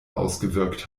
ausgewirkt